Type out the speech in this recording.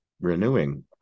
renewing